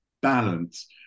balance